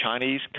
Chinese